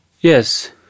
Yes